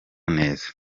neza